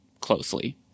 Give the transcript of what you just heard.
closely